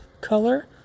color